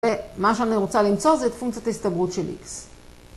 ומה שאני רוצה למצוא זה את פונקציית ההסתברות של x.